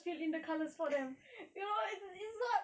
then I'll just fill in the colours for them you know it's it's so